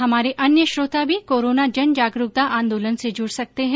हमारे अन्य श्रोता भी कोरोना जनजागरूकता आंदोलन से जुड़ सकते हैं